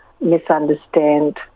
misunderstand